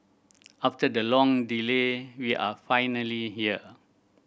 after the long delay we are finally here